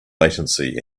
latency